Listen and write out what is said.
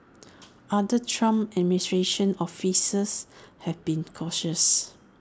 other Trump administration officials have been cautious